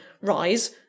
Rise